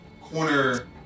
corner